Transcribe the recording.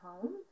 home